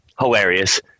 hilarious